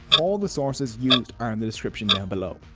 all the sources used are in the description down below.